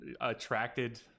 attracted